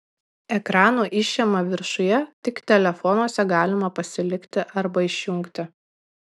ekrano išėma viršuje tik telefonuose galima pasilikti arba išjungti